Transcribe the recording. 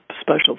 special